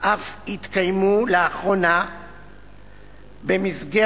אף התקיימו לאחרונה במסגרת